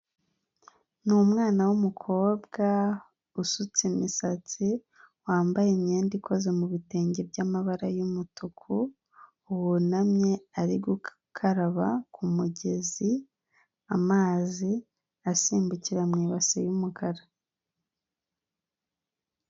Ni umwana w'umukobwa usutse imisatsi, wambaye imyenda ikoze mu bitenge by'amabara y'umutuku, wunamye ari gukaraba ku mugezi amazi asimbukira mu ibase y'umukara.